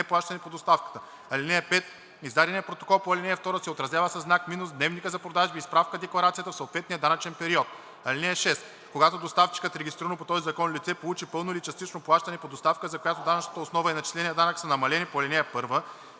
неплащане по доставката. (5) Издаденият протокол по ал. 2 се отразява със знак (-) в дневника за продажби и справка-декларацията в съответния данъчен период. (6) Когато доставчикът, регистрирано по този закон лице, получи пълно или частично плащане по доставка, за която данъчната основа и начисленият данък са намалени по ал. 1,